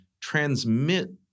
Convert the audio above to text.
transmit